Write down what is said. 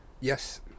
Yes